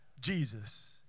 Jesus